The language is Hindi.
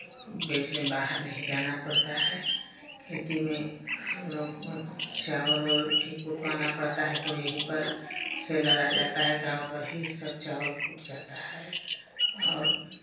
बेचने बाहर नहीं जाना पड़ता है खेती में हम लोग को चावल ओवल भी कुटवाना पड़ता है तो यहीं पर सेलर आ जाता है गाँव पर ही सब चावल कूट जाता है और